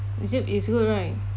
is it is good right